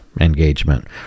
engagement